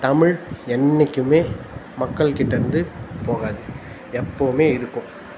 தமிழ் என்றைக்குமே மக்கள் கிட்டேருந்து போகாது எப்பவுமே இருக்கும்